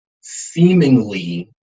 seemingly